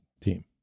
team